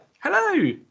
Hello